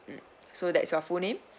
so that's your full name